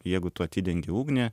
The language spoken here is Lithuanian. jeigu tu atidengi ugnį